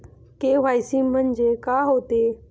KYC म्हंनजे का होते?